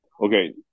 Okay